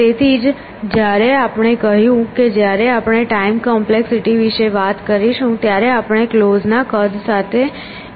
તેથી જ જ્યારે આપણે કહ્યું કે જ્યારે આપણે ટાઈમ કોમ્પ્લેક્સિટી વિશે વાત કરીશું ત્યારે આપણે ક્લોઝ કદ સાથે યોગ્ય હોઈશું